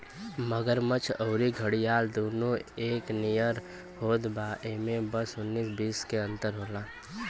मगरमच्छ अउरी घड़ियाल दूनो एके नियर होत बा इमे बस उन्नीस बीस के अंतर होला